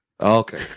Okay